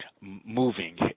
moving